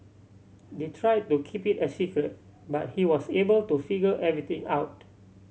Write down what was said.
they tried to keep it a secret but he was able to figure everything out